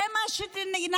זה מה שנעשה?